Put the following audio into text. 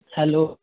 hello